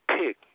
pick